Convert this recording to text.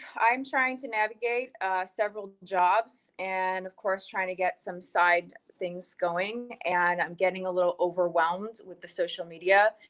trying to navigate several jobs, and of course, trying to get some side things going, and i'm getting a little overwhelmed with the social media.